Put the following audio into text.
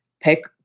pick